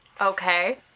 Okay